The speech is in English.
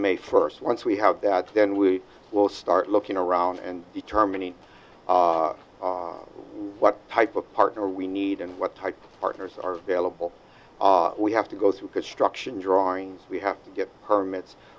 estimate first once we have that then we will start looking around and determining what type of partner we need and what type of partners are available we have to go through construction drawings we have to get permits